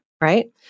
right